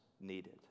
needed